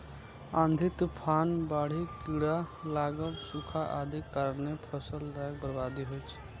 आंधी, तूफान, बाढ़ि, कीड़ा लागब, सूखा आदिक कारणें फसलक बर्बादी होइ छै